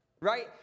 right